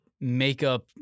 makeup